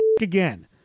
again